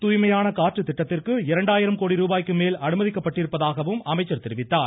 தூய்மையான காற்று திட்டத்திற்கு இரண்டாயிரம் கோடி ருபாய்க்கு மேல் அனுமதிக்கப்பட்டிருப்பதாகவும் தெரிவித்தார்